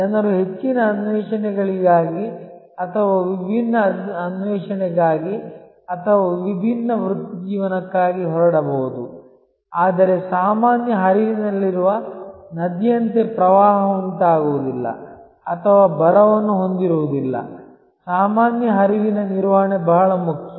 ಜನರು ಹೆಚ್ಚಿನ ಅನ್ವೇಷಣೆಗಳಿಗಾಗಿ ಅಥವಾ ವಿಭಿನ್ನ ಅನ್ವೇಷಣೆಗಾಗಿ ಅಥವಾ ವಿಭಿನ್ನ ವೃತ್ತಿಜೀವನಕ್ಕಾಗಿ ಹೊರಡಬಹುದು ಆದರೆ ಸಾಮಾನ್ಯ ಹರಿವಿನಲ್ಲಿರುವ ನದಿಯಂತೆ ಪ್ರವಾಹ ಉಂಟಾಗುವುದಿಲ್ಲ ಅಥವಾ ಬರವನ್ನು ಹೊಂದಿರುವುದಿಲ್ಲ ಸಾಮಾನ್ಯ ಹರಿವಿನ ನಿರ್ವಹಣೆ ಬಹಳ ಮುಖ್ಯ